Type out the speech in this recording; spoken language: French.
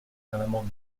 l’amendement